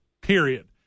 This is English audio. period